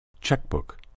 Checkbook